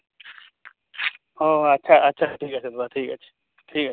ও আচ্ছা আচ্ছা ঠিক আছে দাদা ঠিক আছে ঠিক আছে